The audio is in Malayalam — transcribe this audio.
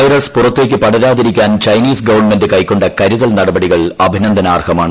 വൈറസ് പുറത്തേക്ക് പടരാതിരിക്കാൻ ചൈനീസ് ഗവൺമെന്റ് കൈക്കൊണ്ട കരുതൽ നടപടികൾ അഭിനന്ദനാർഹമാണ്